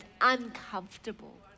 uncomfortable